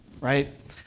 right